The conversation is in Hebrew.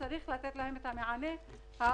צריך לתת להם את המענה המיידי.